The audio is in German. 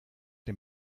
den